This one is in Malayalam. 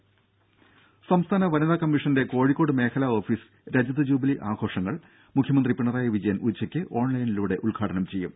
രും സംസ്ഥാന വനിതാ കമ്മീഷന്റെ കോഴിക്കോട് മേഖലാ ഓഫീസ് രജത ജൂബിലി ആഘോഷങ്ങൾ മുഖ്യമന്ത്രി പിണറായി വിജയൻ ഉച്ചയ്ക്ക് ഓൺലൈനിലൂടെ ഉദ്ഘാടനം ചെയ്യും